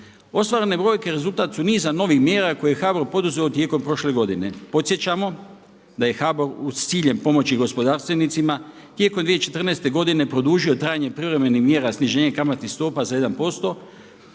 Ostvarene brojke rezultat su niza novih mjera koje je HBOR poduzeo tijekom prošle godine. Podsjećamo da je HBOR s ciljem pomoći gospodarstvenicima tijekom 2014. godine produžio trajanje privremenih mjera sniženja kamatnih stopa za 1%